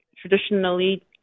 traditionally